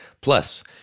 Plus